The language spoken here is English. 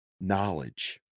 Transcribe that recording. knowledge